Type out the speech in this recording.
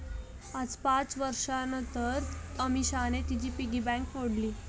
आज पाच वर्षांनतर अमीषाने तिची पिगी बँक फोडली